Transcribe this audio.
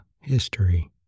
History